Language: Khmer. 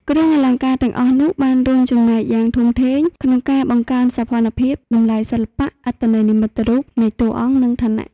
គ្រឿងអលង្ការទាំងអស់នោះបានរួមចំណែកយ៉ាងធំធេងក្នុងការបង្កើនសោភ័ណភាព តម្លៃសិល្បៈ អត្ថន័យនិមិត្តរូបនៃតួអង្គ និងឋានៈ។